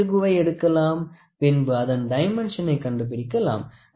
ஒரு திருகுவை எடுக்கலாம் பின்பு அதன் டைமென்ஷனை கண்டுபிடிக்கலாம்